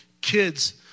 kids